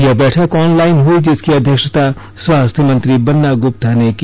यह बैठक ऑनलाइन हुई जिसकी अध्यक्षता स्वास्थ्य मंत्री बन्ना गुप्ता ने की